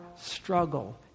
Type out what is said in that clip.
struggle